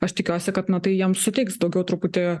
aš tikiuosi kad na tai jiems suteiks daugiau truputį